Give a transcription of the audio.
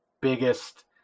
biggest